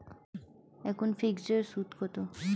এখন ফিকসড এর সুদ কত?